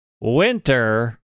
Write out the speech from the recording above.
winter